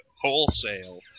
wholesale